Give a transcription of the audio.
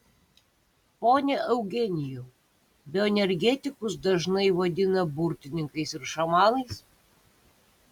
pone eugenijau bioenergetikus dažnai vadina burtininkais ir šamanais